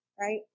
Right